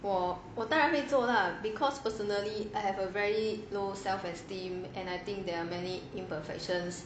我当然会做啦 personally I have a very low self esteem and I think there are many imperfections